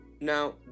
Now